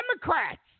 Democrats